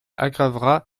aggravera